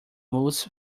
moves